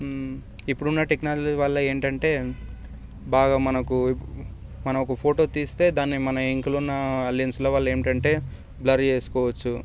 ఇప్పుడు ఉన్న టెక్నాలజీ వల్ల ఏంటంటే బాగా మనకు మనం ఒక ఫోటో తీస్తే దాన్ని మన వెనకనఉన్న లెన్స్లవల్ల ఏంటంటే బ్లర్ చేసుకోవచ్చు